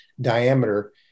diameter